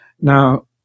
Now